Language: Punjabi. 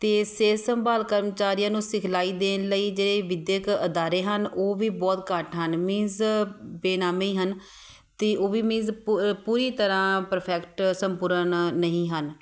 ਅਤੇ ਸਿਹਤ ਸੰਭਾਲ ਕਰਮਚਾਰੀਆਂ ਨੂੰ ਸਿਖਲਾਈ ਦੇਣ ਲਈ ਜਿਹੜੇ ਵਿਦਿਅਕ ਅਦਾਰੇ ਹਨ ਉਹ ਵੀ ਬਹੁਤ ਘੱਟ ਹਨ ਮੀਨਜ ਬੇਨਾਮੇਂ ਹੀ ਹਨ ਅਤੇ ਉਹ ਵੀ ਮੀਨਜ਼ ਪੂ ਪੂਰੀ ਤਰ੍ਹਾਂ ਪ੍ਰਫੈਕਟ ਸੰਪੂਰਨ ਨਹੀਂ ਹਨ